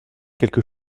quelque